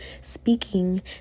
speaking